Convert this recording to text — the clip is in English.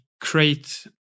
create